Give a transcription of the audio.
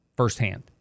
firsthand